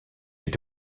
est